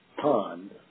pond